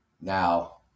now